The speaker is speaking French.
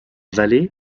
vallée